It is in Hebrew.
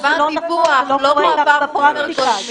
אבל חלק מהנקודות האלה,